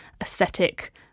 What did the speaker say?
aesthetic